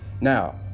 now